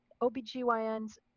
OBGYNs